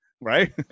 right